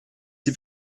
sie